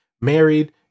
married